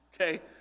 Okay